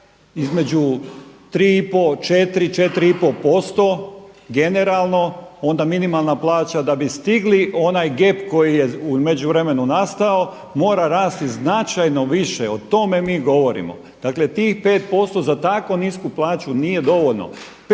između 3,5, 4, 4,5% generalno onda minimalna plaća da bi stigli onaj gep koji je u međuvremenu nastao mora rasti značajno više, o tome mi govorimo. Dakle tih 5% za tako nisku plaću nije dovoljno.